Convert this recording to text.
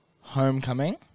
Homecoming